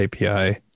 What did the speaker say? API